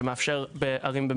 שמאפשר בערים.